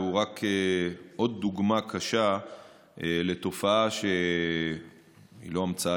והוא רק עוד דוגמה קשה לתופעה שהיא לא המצאה